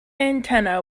antenna